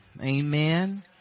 amen